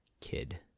kid